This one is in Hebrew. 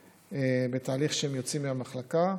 הם בתהליך שהם יוצאים מהמחלקה.